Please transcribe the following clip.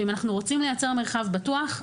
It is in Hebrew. ואם אנחנו רוצים לייצר מרחב בטוח,